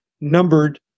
numbered